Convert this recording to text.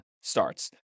starts